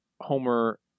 Homer